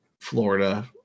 Florida